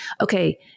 okay